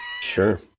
Sure